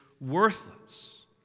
worthless